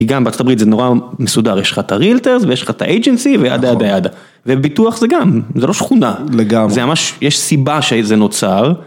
גם בארצות הברית זה נורא מסודר, יש לך את הרילטרס ויש לך את האג'נסי וידה וידה ידה.. וביטוח זה גם, זה לא שכונה, לגמרי! זה ממש, יש סיבה שזה נוצר.